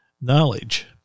Knowledge